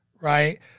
Right